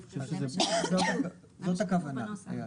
זאת הכוונה.